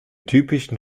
typischen